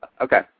Okay